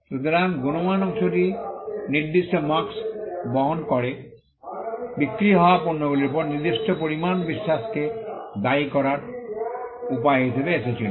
সুতরাং গুণমান অংশটি নির্দিষ্ট মার্ক্স্ বহন করে বিক্রি হওয়া পণ্যগুলির উপর নির্দিষ্ট পরিমাণ বিশ্বাসকে দায়ী করার উপায় হিসাবে এসেছিল